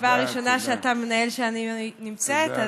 הראשונה שאתה מנהל כשאני נמצאת.